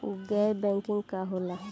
गैर बैंकिंग का होला?